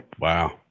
Wow